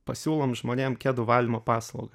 pasiūlom žmonėm kedų valymo paslaugą